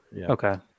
Okay